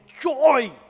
joy